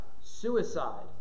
Suicide